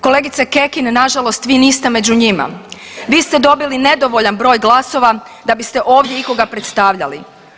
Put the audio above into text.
Kolegice Kekin nažalost vi niste među njima, vi ste dobili nedovoljan broj glasova da biste ovdje ikoga predstavljali.